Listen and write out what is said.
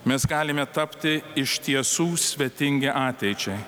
mes galime tapti iš tiesų svetingi ateičiai